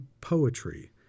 poetry